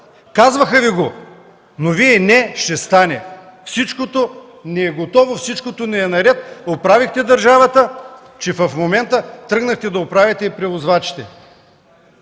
Казваха Ви го, но Вие: „Не, ще стане. Всичкото ни е готово, всичкото ни е наред”! Оправихте държавата, в момента тръгнахте да оправяте и превозвачите.